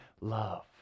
love